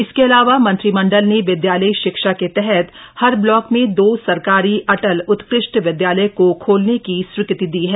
इसके अलावा मंत्रिमंडल ने विद्यालयी शिक्षा के तहत हर ब्लाक में दो सरकारी अटल उत्कृष्ट विद्यालय को खोलने की स्वीकृति दी है